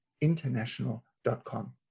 international.com